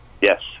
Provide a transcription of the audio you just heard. Yes